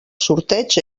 sorteig